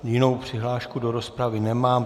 Jinou přihlášku do rozpravy nemám.